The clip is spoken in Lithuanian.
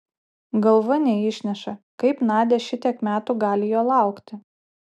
galva neišneša kaip nadia šitiek metų gali jo laukti